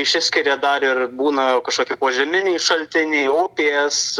išsiskiria dar ir būna kažkokie požeminiai šaltiniai upės